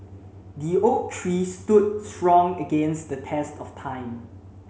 the oak tree stood strong against the test of time